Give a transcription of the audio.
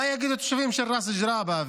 מה יגידו התושבים של ראס ג'ראבה,